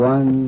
One